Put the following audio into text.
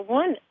one